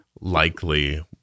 likely